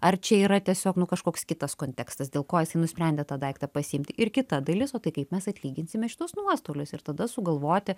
ar čia yra tiesiog nu kažkoks kitas kontekstas dėl ko jisai nusprendė tą daiktą pasiimti ir kita dalis o tai kaip mes atlyginsime šituos nuostolius ir tada sugalvoti